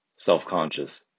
self-conscious